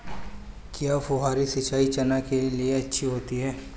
क्या फुहारी सिंचाई चना के लिए अच्छी होती है?